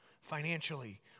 financially